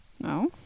No